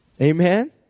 amen